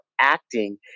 acting